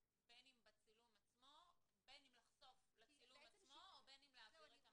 בין אם לחשוף לצילום עצמו או בין אם להעביר את המידע.